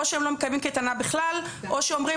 או שהם לא מקיימים קייטנה בכלל או שאומרים